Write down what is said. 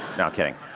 no, kidding.